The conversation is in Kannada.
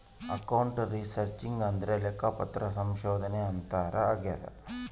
ಅಕೌಂಟ್ ರಿಸರ್ಚಿಂಗ್ ಅಂದ್ರೆ ಲೆಕ್ಕಪತ್ರ ಸಂಶೋಧನೆ ಅಂತಾರ ಆಗ್ಯದ